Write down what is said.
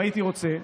אם הייתי רוצה,